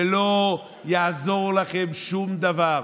ולא יעזור לכם שום דבר.